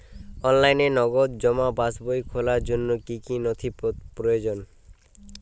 অনলাইনে নগদ জমা পাসবই খোলার জন্য কী কী নথি প্রয়োজন?